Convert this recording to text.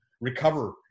recover